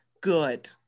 good